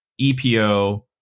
EPO